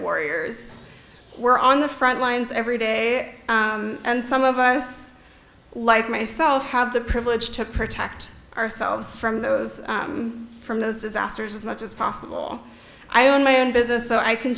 warriors we're on the front lines every day and some of us like myself have the privilege to protect ourselves from those from those disasters as much as possible i own my own business so i can